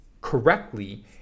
correctly